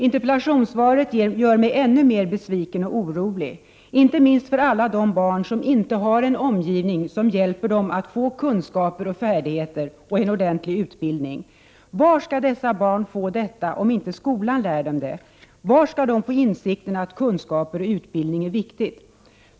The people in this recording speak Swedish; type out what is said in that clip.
Interpellationssvaret gör mig ännu mer besviken och orolig, inte minst för alla de barn som inte har en omgivning som hjälper dem att få kunskaper och färdigheter och en ordentlig utbildning. Var skall dessa barn få detta om inte skolan lär dem det? Var skall de få insikten att kunskaper och utbildning är viktigt?